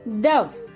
Dove